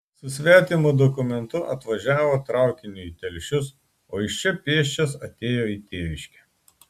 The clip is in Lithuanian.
su svetimu dokumentu atvažiavo traukiniu į telšius o iš čia pėsčias atėjo į tėviškę